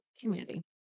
community